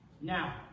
Now